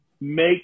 Make